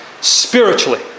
spiritually